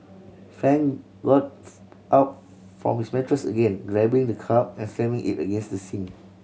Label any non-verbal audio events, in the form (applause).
fan got (unintelligible) up from his mattress again grabbing the cup and slamming it against the sink